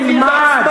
תלמד.